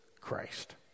Christ